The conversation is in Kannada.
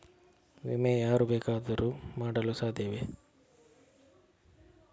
ವಿಮೆ ಯಾರು ಬೇಕಾದರೂ ಮಾಡಲು ಸಾಧ್ಯವೇ?